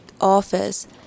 office